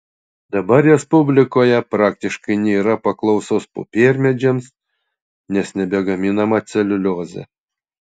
dabar respublikoje praktiškai nėra paklausos popiermedžiams nes nebegaminama celiuliozė